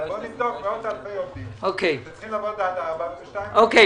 נבדוק מאות אלפי עובדים שצריכים לעבוד עד 4:00 אבל ב-2:00